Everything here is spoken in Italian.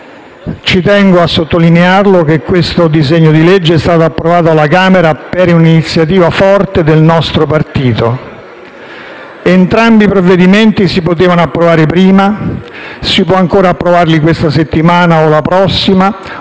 Tengo a sottolineare che quest'ultimo disegno di legge è stato approvato alla Camera per un'iniziativa forte del nostro partito. Entrambi i provvedimenti si potevano approvare prima, li si può ancora approvare in questa settimana o nella prossima,